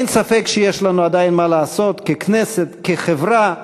אין ספק שיש לנו עדיין מה לעשות, ככנסת, כחברה,